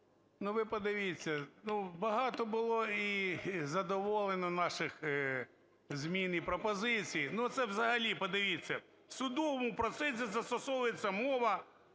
ну, ви подивіться, ну, багато було і задоволено наших змін і пропозицій. Ну, це взагалі, подивіться, у судовому процесі застосовувалася мова